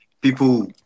people